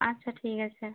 আচ্ছা ঠিক আছে